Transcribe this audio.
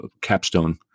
capstone